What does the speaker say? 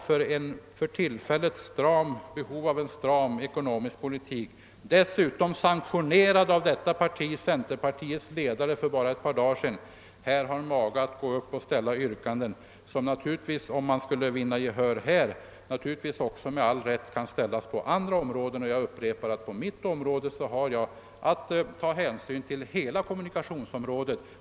Vi har behov av att föra en stram ekonomisk politik — en politik som ju sanktionerats av centerpartiets ledare för bara några dagar sedan — och ändå ställer man yrkanden som, om de vann gehör i detta fall, naturligtvis också kunde ställas i fråga om andra områden. Jag för min del har att ta hänsyn till hela kommunikationsområdet.